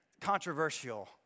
controversial